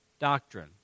doctrine